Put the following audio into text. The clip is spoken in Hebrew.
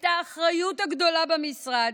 את האחריות הגדולה במשרד,